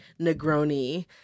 Negroni